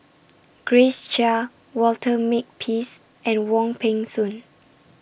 Grace Chia Walter Makepeace and Wong Peng Soon